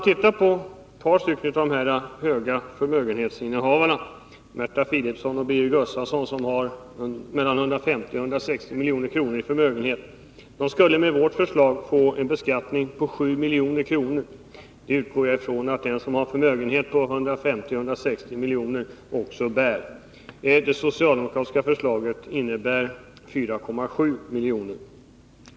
Ett par av de största förmögenhetsinnehavarna, Märta Philipson och Birger Gustavsson, som har mellan 150 och 160 milj.kr. i förmögenhet, skulle med vårt förslag få en förmögenhetsskatt på 7 milj.kr. Det utgår jag ifrån att den som har en förmögenhet på 150 å 160 miljoner också bär. Det socialdemokratiska förslaget innebär en beskattning med 4,7 miljoner.